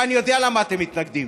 ואני יודע למה אתם מתנגדים,